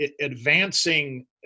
advancing